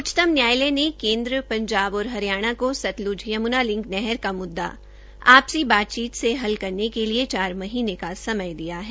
उच्चतम न्यायालय ने केन्द्र पंजाब और हरियाणा को सतल्ज यमुना लिंक नहर का मुद्दाआपसी बातचीत से हल करने के लिए चार महीनें का समय दिया है